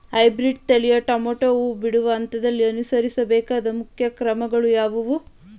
Hybrid ತಳಿಯ tomato ಹೂ ಬಿಡುವ ಹಂತದಲ್ಲಿ ಅನುಸರಿಸಬೇಕಾದ ಮುಖ್ಯ ಕ್ರಮಗಳು ಯಾವುವು?